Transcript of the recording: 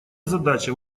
задача